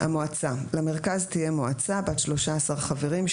המועצה 5. (א)למרכז תהיה מועצה בת 13 חברים,